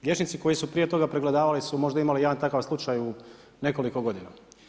Liječnici koji su prije toga pregledavali su možda imali jedan takav slučaj u nekoliko godina.